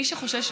מי שחושש,